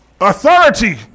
authority